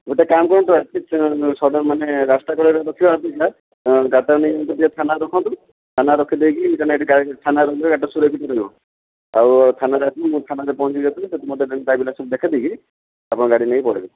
ଗୋଟେ କାମ କରନ୍ତୁ ସର୍ଡ଼୍ନ୍ ମାନେ ରାସ୍ତା କଡ଼ରେ ରଖିବା ଅପେକ୍ଷା ଗାଡ଼ିଟା ନେଇ ଟିକିଏ ଥାନାରେ ରଖନ୍ତୁ ଥାନାରେ ରଖି ଦେଇକି କାରଣ ଥାନାରେ ରହିଲେ ଗାଡ଼ିଟା ସୁରକ୍ଷିତ ରହିବ ଆଉ ଥାନାରେ ଆସିକି ମୁଁ ଥାନରେ ପହଁଞ୍ଚିବି ସେଠି ମୋତେ ଡ୍ରାଇଭିଂ ଲାଇସେନ୍ସ ଦେଖେଇ ଦେଇକି ଆପଣ ଗାଡ଼ି ନେଇକି ପଳେଇବେ